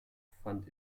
fand